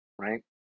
right